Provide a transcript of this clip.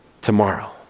tomorrow